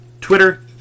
Twitter